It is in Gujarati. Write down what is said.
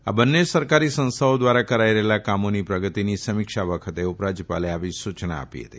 આ બંને સરકારી સંસ્થાઓ ધ્વારા કરાઇ રહેલા કામોની પ્રગતિની સમીક્ષા વખતે ઉપરાજયપાલે આવી સુચના આપી હતી